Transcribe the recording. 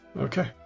Okay